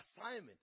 assignment